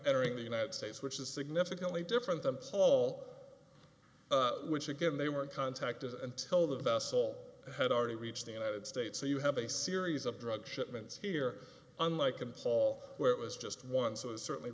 entering the united states which is significantly different than saul which again they were contacted until the bessel had already reached the united states so you have a series of drug shipments here unlike i'm paul where it was just one so it's certainly